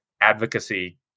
advocacy